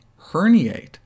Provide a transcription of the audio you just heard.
herniate